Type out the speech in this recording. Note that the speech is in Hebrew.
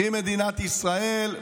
תחי מדינת ישראל,